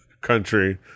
country